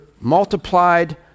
multiplied